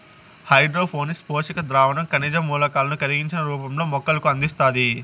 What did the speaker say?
hydroponics పోషక ద్రావణం ఖనిజ మూలకాలను కరిగించిన రూపంలో మొక్కలకు అందిస్తాది